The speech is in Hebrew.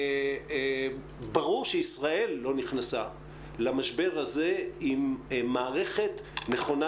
ברור שישראל לא נכנסה למשבר הזה עם מערכת נכונה